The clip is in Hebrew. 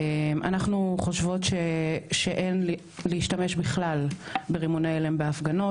אנחנו חושבות שאין להשתמש בכלל ברימוני הלם בהפגנות.